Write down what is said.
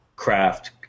craft